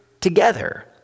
together